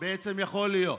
בעצם יכול להיות.